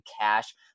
cash